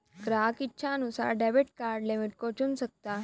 ग्राहक इच्छानुसार debit card limit को चुन सकता है